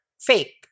fake